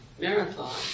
Marathon